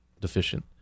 deficient